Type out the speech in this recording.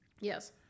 Yes